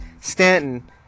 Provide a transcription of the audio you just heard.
Stanton